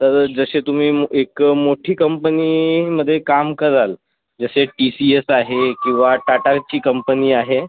तर जशे तुम्ही एक मोठी कंपनीमधे काम कराल जशे टीसीएस आहे किंवा टाटाची कंपनी आहे